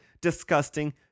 disgusting